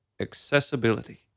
Accessibility